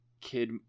Kid